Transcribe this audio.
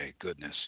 goodness